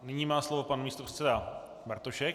Nyní má slovo pan místopředseda Bartošek.